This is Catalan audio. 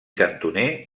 cantoner